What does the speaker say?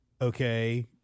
okay